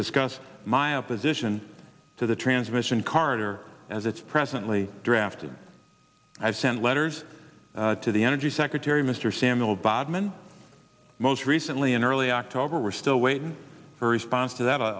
discuss my opposition to the transmission carter as it's presently drafted i sent letters to the energy secretary mr samuel bodman most recently in early october we're still waiting for a response to that